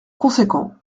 conséquent